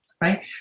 right